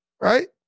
Right